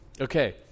okay